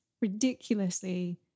ridiculously